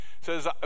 says